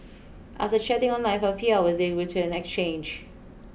after chatting online for a few hours they return exchange